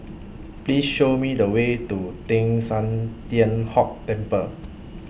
Please Show Me The Way to Teng San Tian Hock Temple